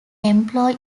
employ